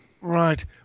Right